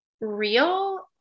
real